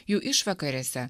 jų išvakarėse